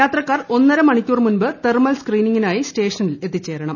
യാത്രക്കാർ ഒന്നര മണിക്കൂർ മുമ്പ് തെർമൽ സ്ക്രീനിംഗിനായി സ്റ്റേഷനിൽ എത്തിച്ചേരണം